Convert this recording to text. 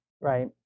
right